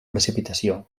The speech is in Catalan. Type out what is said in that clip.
precipitació